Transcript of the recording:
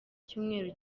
cyumweru